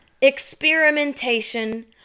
experimentation